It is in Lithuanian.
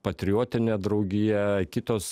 patriotinė draugija kitos